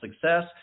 success